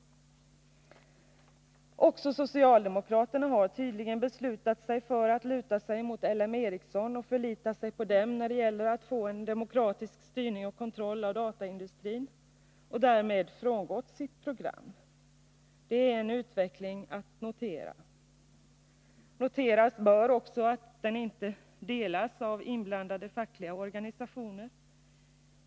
Också socialdemokraterna har tydligen beslutat sig för att luta sig mot LM Ericsson och förlita sig på det företaget när det gäller att få en demokratisk styrning och kontroll av dataindustrin, och därmed har man frångått sitt program. Det är en utveckling att notera. Noteras bör också att socialdemokraternas uppfattning i detta fall inte delas av inblandade fackliga organisationer.